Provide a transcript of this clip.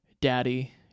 daddy